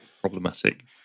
problematic